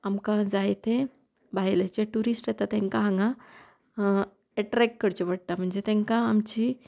आमकां जायते भायलेचे ट्युरिस्ट येता तांकां हांगा एट्रेक्ट करचे पडटा म्हणजे तांकां आमची